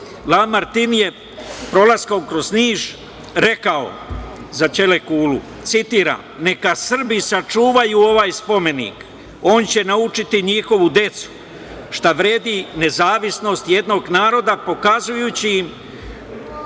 La Martin je prolaskom kroz Niš rekao za Ćele kulu, citiram: „Neka Srbi sačuvaju ovaj spomenik, on će naučiti njihovu decu šta vredi nezavisnost jednog naroda, pokazujući im